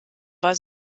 war